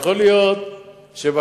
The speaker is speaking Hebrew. יכול להיות שבכנסת,